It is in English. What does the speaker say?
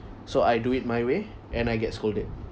so I do it my way and I get scolded